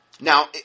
Now